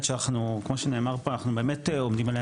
שאנחנו כמו שנאמר פה אנחנו באמת עומדים עליה,